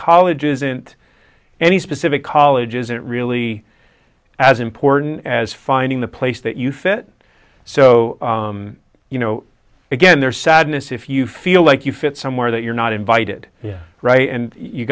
college isn't any specific college isn't really as important as finding the place that you fit so you know again there's sadness if you feel like you fit somewhere that you're not invited yeah right and you